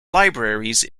libraries